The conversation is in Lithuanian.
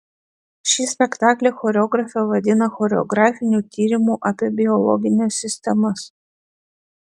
šį spektaklį choreografė vadina choreografiniu tyrimu apie biologines sistemas